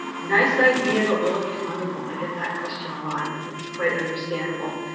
nice idea, but will it be fundable? i get that question a lot, and it's quite understandable.